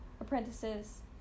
apprentices